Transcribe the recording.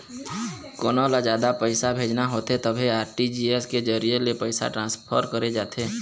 कोनो ल जादा पइसा भेजना होथे तभे आर.टी.जी.एस के जरिए ले पइसा ट्रांसफर करे जाथे